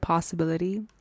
Possibility